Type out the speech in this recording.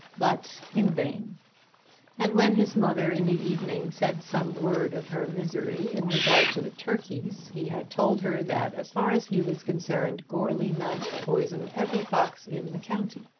but in vain and when his mother in the evening said some word of her misery in regard to the turkeys he had told her that as far as he was concerned goarly might poison every fox in the county.